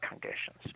conditions